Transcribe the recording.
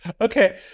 Okay